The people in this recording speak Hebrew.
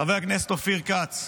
חבר הכנסת אופיר כץ,